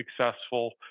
successful